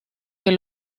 que